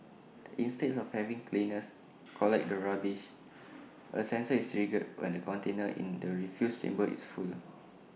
instead of having cleaners collect the rubbish A sensor is triggered when the container in the refuse chamber is full